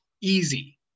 easy